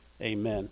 Amen